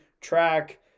track